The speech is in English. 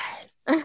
yes